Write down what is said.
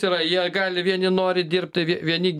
yra jie gali vieni nori dirbt tai vieni